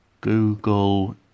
Google